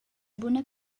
buna